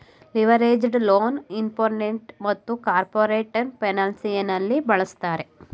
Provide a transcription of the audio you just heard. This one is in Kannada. ಲಿವರೇಜ್ಡ್ ಲೋನ್ ಇನ್ವೆಸ್ಟ್ಮೆಂಟ್ ಮತ್ತು ಕಾರ್ಪೊರೇಟ್ ಫೈನಾನ್ಸಿಯಲ್ ನಲ್ಲಿ ಬಳಸುತ್ತಾರೆ